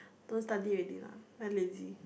don't study already lah very lazy